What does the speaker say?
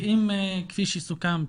ואם כפי שסוכם,